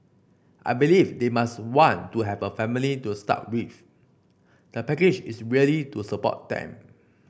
I believe they must want to have a family to start with the package is really to support them